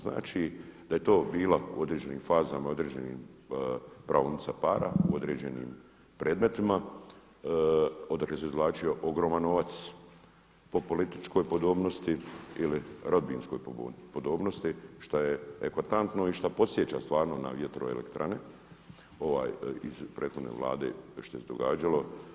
Znači da je to bila u određenim fazama i u određenim praonica para u određenim predmetima odakle se izvlačio ogroman novac po političkoj podobnosti ili rodbinskoj podobnosti šta je eklatantno i šta podsjeća stvarno na vjetroelektrane iz prethodne Vlade što se je događalo.